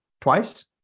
twice